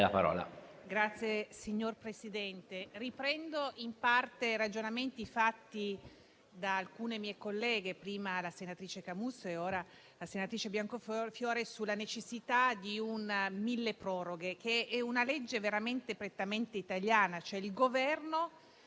Signor Presidente, riprendo in parte i ragionamenti fatti da alcune mie colleghe, la senatrice Camusso prima e ora la senatrice Biancofiore, sulla necessità di un milleproroghe, che è una legge prettamente italiana. Il Governo